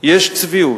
יש צביעות,